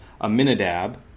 Aminadab